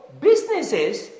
businesses